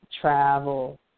travel